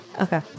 Okay